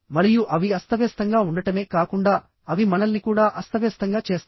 మరియు అవి అస్తవ్యస్తంగా ఉండటమే కాకుండా అవి మనల్ని కూడా అస్తవ్యస్తంగా చేస్తాయి